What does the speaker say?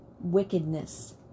wickedness